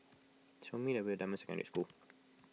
show me the way Dunman Secondary School